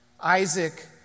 Isaac